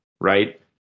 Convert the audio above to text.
right